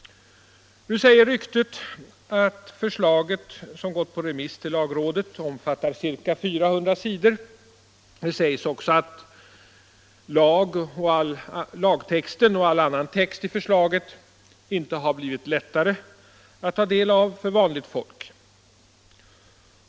Nu säger ryktet att förslaget som gått på remiss till lagrådet omfattar ca 400 sidor. Det sägs också att lagtexten och all annan text i förslaget inte har blivit lättare att ta del av för vanligt folk.